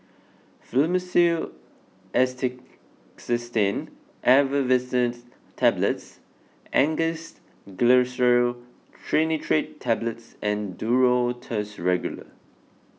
Fluimucil Acetylcysteine Effervescent Tablets Angised Glyceryl Trinitrate Tablets and Duro Tuss Regular